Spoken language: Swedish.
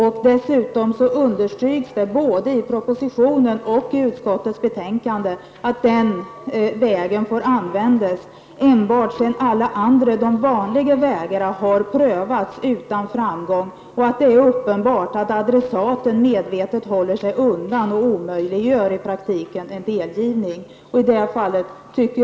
Dessutom understryks både i propositionen och i utskottsbetänkandet att den vägen bör användas först sedan alla de vanliga vägarna har prövats utan framgång och att det är uppenbart att adressaten medvetet håller sig undan och därigenom i praktiken omöjliggör en delgivning.